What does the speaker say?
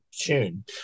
tune